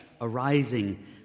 arising